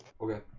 Okay